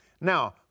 Now